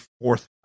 fourth